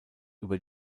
über